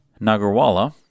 Nagarwala